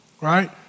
right